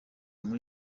muri